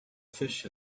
fish